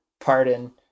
pardon